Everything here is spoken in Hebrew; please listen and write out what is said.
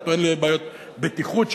אתה טוען לבעיות בטיחות,